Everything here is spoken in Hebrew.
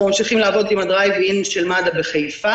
אנחנו ממשיכים לעבוד עם מתקן הבדיקות דרייב-אין של מד"א בחיפה.